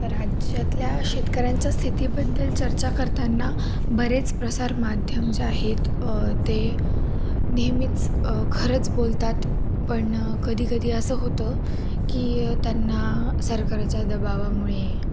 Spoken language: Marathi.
राज्यातल्या शेतकऱ्यांच्या स्थितीबद्दल चर्चा करतांना बरेच प्रसार माध्यम जे आहेत ते नेहमीच खरंच बोलतात पण कधीकधी असं होतं की त्यांना सरकाराच्या दबावामुळे